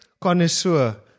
connoisseur